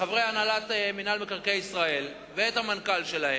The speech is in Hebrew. חברי הנהלת מינהל מקרקעי ישראל ואת המנכ"ל שלהם,